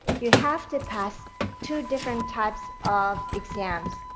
you have to pass two different types of exams.